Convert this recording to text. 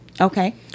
Okay